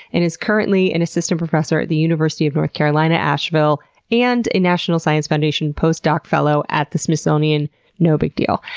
and is currently an assistant professor at the university of north carolina ashville and a national science foundation post-doc fellow at the smithsonian no big deal.